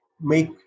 make